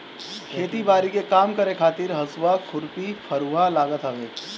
खेती बारी के काम करे खातिर हसुआ, खुरपी, फरुहा लागत हवे